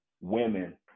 women